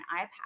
iPad